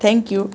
thank you